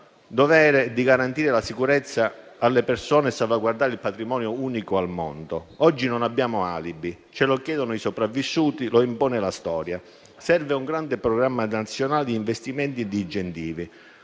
dovere è garantire sicurezza alle persone e salvaguardare un patrimonio unico al mondo. Oggi non abbiamo alibi, ce lo chiedono i sopravvissuti, lo impone la storia. Serve un grande programma nazionale di investimenti e incentivi,